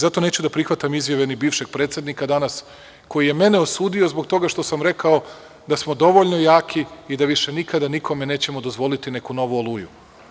Zato neću da prihvatam izjave ni bivšeg predsednika danas, koji je mene osudio zbog toga što sam rekao da smo dovoljno jaki i da više nikada nikome nećemo dozvoliti neku novu „Oluju“